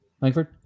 Langford